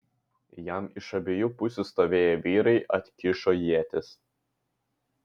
jam iš abiejų pusių stovėję vyrai atkišo ietis